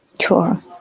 Sure